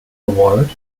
award